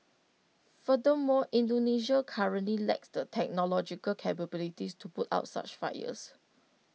furthermore Indonesia currently lacks the technological capabilities to put out such fires